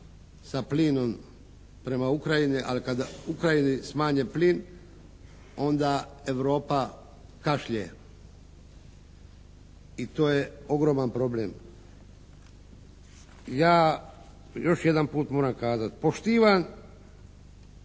sa plinom prema Ukrajini, ali kada Ukrajini smanje plin onda Europa kašlje i to je ogroman problem. Ja još jedanput moram kazati. Poštivam